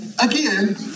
again